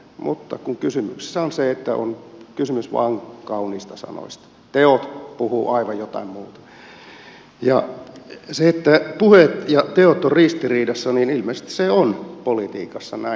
mutta kun kysymyksessä on se että on kysymys vain kauniista sanoista teot puhuvat aivan jotain muuta ja sitten puhe ja teot ovat ristiriidassa niin ilmeisesti se on politiikassa näin